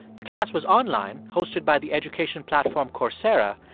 the class was online, hosted by the education platform coursera.